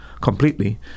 completely